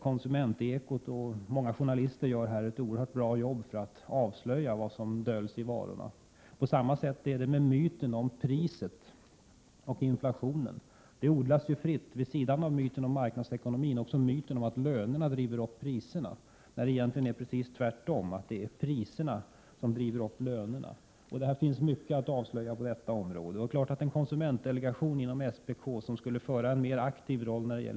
Konsumentekot och många journalister gör ett oerhört bra jobb för att avslöja vad som döljs i varorna. På samma sätt är det med myten om priset och inflationen. Vid sidan av myten om marknadsekonomin odlas fritt också myten om att lönerna driver upp priserna, när det egentligen är precis tvärtom, att det är priserna som 60 driver upp lönerna. Det finns mycket att avslöja på detta område, och en konsumentdelegation inom SPK som skulle spela en mer aktiv roll när det Prot.